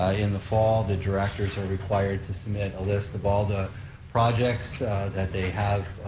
ah in the fall, the directors are required to submit a list of all the projects that they have,